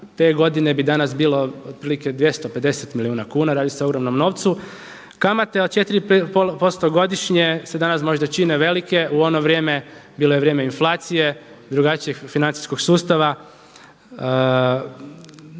te godine bi danas bilo otprilike 250 milijuna kuna, radi se o ogromnom novcu. Kamate od 4,5% godišnje se danas možda čine velike, u ono vrijeme bilo je vrijeme inflacije drugačijeg financijskog sustava.